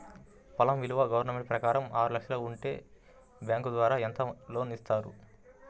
పొలం విలువ గవర్నమెంట్ ప్రకారం ఆరు లక్షలు ఉంటే బ్యాంకు ద్వారా ఎంత లోన్ ఇస్తారు?